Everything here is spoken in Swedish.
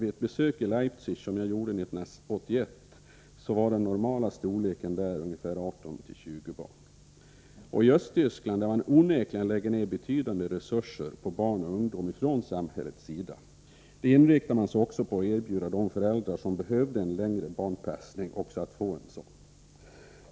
Vid ett besök i Leipzig som jag gjorde 1981 var den normala storleken i en grupp där 18-20 barn. I Östtyskland, där man från samhällets sida onekligen lägger ned betydande resurser på barn och ungdom, inriktade man sig också på att erbjuda de föräldrar som behövde en längre barnpassning att få en sådan.